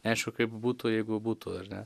neaišku kaip būtų jeigu būtų ar ne